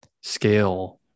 scale